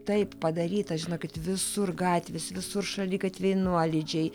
taip padaryta žinokit visur gatvės visur šaligatviai nuolydžiai